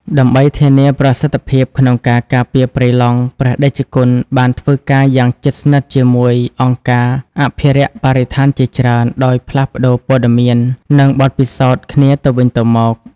ដើម្បីធានាប្រសិទ្ធភាពក្នុងការការពារព្រៃឡង់ ព្រះតេជគុណបានធ្វើការយ៉ាងជិតស្និទ្ធជាមួយ អង្គការអភិរក្សបរិស្ថានជាច្រើន ដោយផ្លាស់ប្ដូរព័ត៌មាន និងបទពិសោធន៍គ្នាទៅវិញទៅមក។